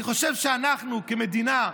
אני חושב שאנחנו כמדינה,